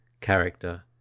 character